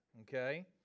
okay